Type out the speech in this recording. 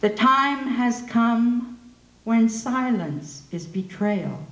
the time has come when silence is betrayal